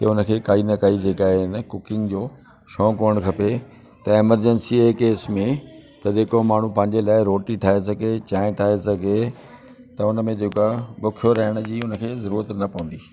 की उनखे काई न काई जेका आहे न कुकिंग जो शौंक़ु हुजणु खपे त इमरजंसीअ जे केस में त जेको माण्हू पंहिंजे लाइ रोटी ठाहे सघे चांहि ठाहे सघे त हुनमें जेको आहे बुखियो रहण जी उनखे ज़रूरत न पवंदी